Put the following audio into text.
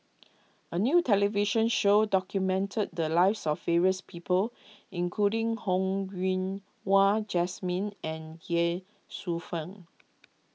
a new television show documented the lives of various people including Ho Yen Wah Jesmine and Ye Shufang